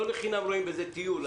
לא לחינם רואים בזה טיול.